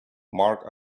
mark